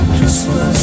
Christmas